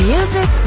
Music